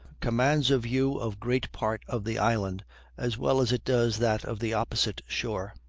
commands a view of great part of the island as well as it does that of the opposite shore.